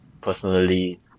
personally